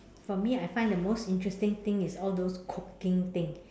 for me I find the most interesting thing is all those cooking things